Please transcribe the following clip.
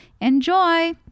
Enjoy